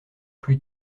plus